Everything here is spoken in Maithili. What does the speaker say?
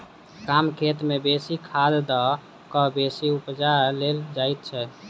कम खेत मे बेसी खाद द क बेसी उपजा लेल जाइत छै